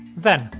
then,